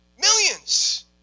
millions